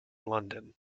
london